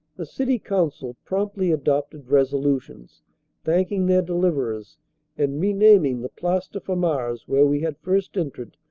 the city council promptly adopted resolutions thanking their deliverers and renaming the place de famars, where we had first entered,